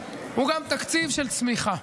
הוא גם תקציב של צמיחה.